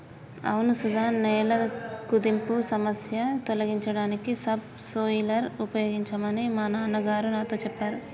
అవును సుధ నేల కుదింపు సమస్య తొలగించడానికి సబ్ సోయిలర్ ఉపయోగించమని మా నాన్న గారు నాతో సెప్పారు